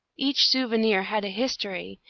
each souvenir had a history,